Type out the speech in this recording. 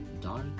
dark